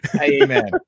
amen